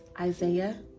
Isaiah